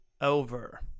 over